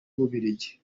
bubiligi